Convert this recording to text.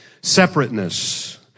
Separateness